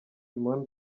simon